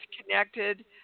connected